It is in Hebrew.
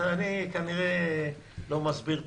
אני כנראה לא מסביר טוב.